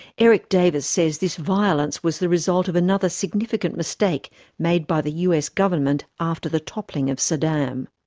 eric davis says this violence was the result of another significant mistake made by the us government after the toppling of saddam.